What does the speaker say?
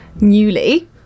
newly